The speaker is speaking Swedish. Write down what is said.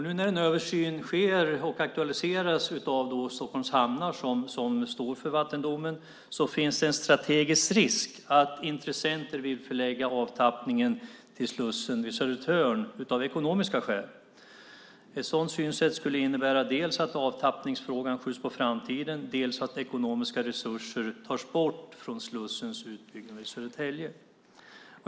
Nu när en översyn sker och aktualiseras av Stockholms hamnar, som står för vattendomen, finns det en strategisk risk att intressenter vill förlägga avtappningen till slussen vid Södertörn av ekonomiska skäl. Ett sådant synsätt skulle innebära dels att avtappningsfrågan skjuts på framtiden, dels att ekonomiska resurser tas bort från Slussens utbyggnad i Södertälje.